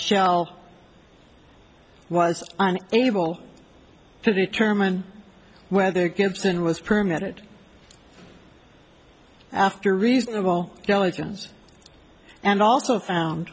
shell was able to determine whether gibson was permit after reasonable diligence and also found